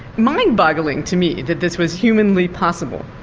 mind-boggling to me that this was humanly possible.